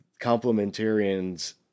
complementarians